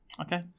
Okay